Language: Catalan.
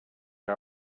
que